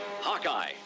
Hawkeye